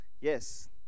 Yes